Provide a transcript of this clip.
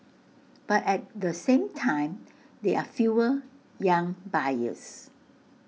but at the same time there are fewer young buyers